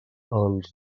els